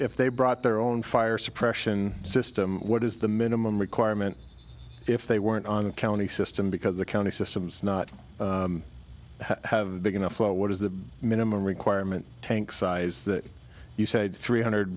if they brought their own fire suppression system what is the minimum requirement if they weren't on a county system because the county systems not have a big enough flow what is the minimum requirement tank size that you said three hundred